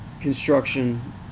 construction